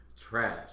trash